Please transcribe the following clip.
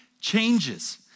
changes